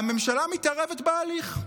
הממשלה מתערבת בהליך.